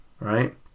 right